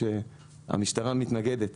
שהמשטרה מתנגדת